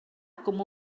com